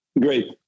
great